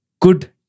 good